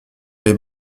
les